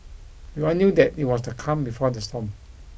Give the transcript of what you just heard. we are knew that it was the calm before the storm